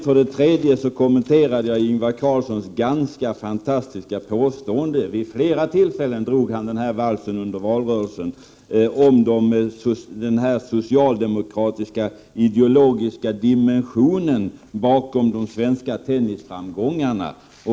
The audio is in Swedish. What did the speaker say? För det tredje kommenterade jag Ingvar Carlssons ganska fantastiska påstående. Vid flera tillfällen under valrörelsen drog han valsen om den socialdemokratiska ideologiska dimensionen bakom de svenska tennisframgångarna.